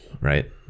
right